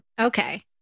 Okay